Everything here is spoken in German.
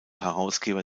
herausgeber